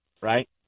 Right